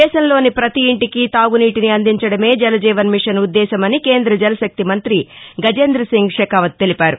దేశంలోని ప్రతి ఇంటికీ తాగునీటిని అందించడమే జలజీవన్ మిషన్ ఉద్దేశమని కేంద జలశక్తి మంత్రి గజేందసింగ్ షెకావత్ తెలిపారు